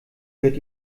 gehört